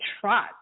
trot